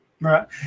Right